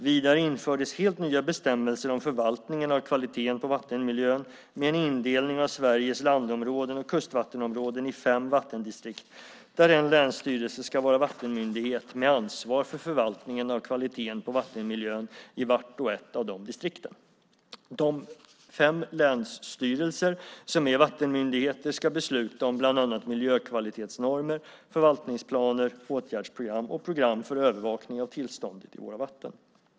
Vidare infördes helt nya bestämmelser om förvaltningen av kvaliteten på vattenmiljön, med en indelning av Sveriges landområden och kustvattenområden i fem vattendistrikt, där en länsstyrelse ska vara vattenmyndighet med ansvar för förvaltningen av kvaliteten på vattenmiljön i vart och ett av distrikten. De fem länsstyrelser som är vattenmyndigheter ska besluta om bland annat miljökvalitetsnormer, förvaltningsplaner, åtgärdsprogram och program för övervakning av tillståndet i våra vatten.